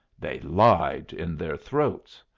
they lied in their throats.